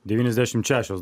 devyniasdešim šešios